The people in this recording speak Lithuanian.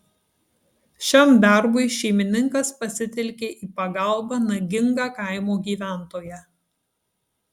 šiam darbui šeimininkas pasitelkė į pagalbą nagingą kaimo gyventoją